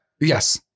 Yes